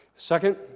Second